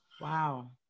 wow